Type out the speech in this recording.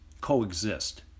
coexist